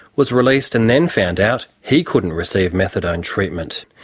was released and then found out he couldn't receive methadone treatment.